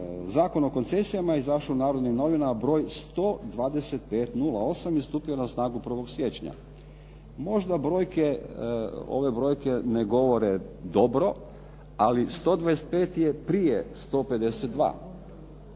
Zakon o koncesijama je izašao u "Narodnim novinama" br. 125/08. i stupio na snagu 1. siječnja. Možda ove brojke ne govore dobro ali 125 je prije 152.